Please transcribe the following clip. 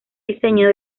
diseño